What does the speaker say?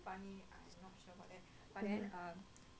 mm